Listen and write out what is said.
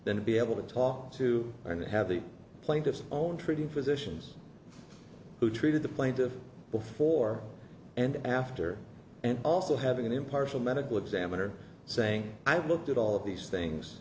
than to be able to talk to and have the plaintiff's own treating physicians who treated the plaintiff before and after and also having an impartial medical examiner saying i've looked at all of these things